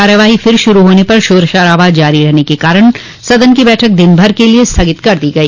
कार्यवाही फिर शुरू होने पर शोर शराबा जारी रहने के कारण सदन की बैठक दिन भर के लिए स्थगित कर दी गई